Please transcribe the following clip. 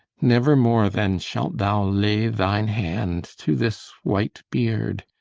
never more, then, shalt thou lay thine hand to this white beard,